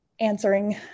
answering